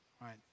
right